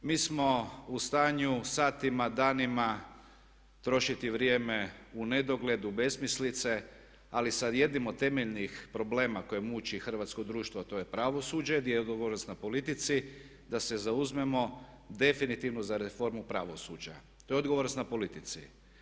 Mi smo u stanju satima, danima trošiti vrijeme u nedogled, u besmislice ali sa jednim od temeljnih problema koje muči hrvatsko društvo a to je Pravosuđe gdje je odgovornost na politici, da se zauzmemo definitivno za reformu pravosuđa, to je odgovornost na politici.